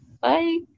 Bye